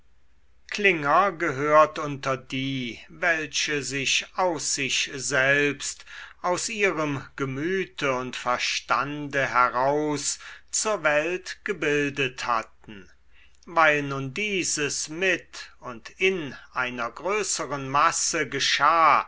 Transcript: klinger gehört unter die welche sich aus sich selbst aus ihrem gemüte und verstande heraus zur welt gebildet hatten weil nun dieses mit und in einer größeren masse geschah